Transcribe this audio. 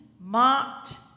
mocked